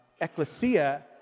ecclesia